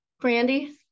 Brandy